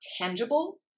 tangible